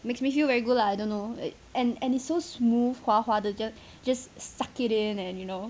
it makes me feel very good lah I don't know and and it's so smooth 滑滑的 just suck it in and you know